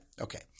Okay